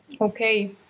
Okay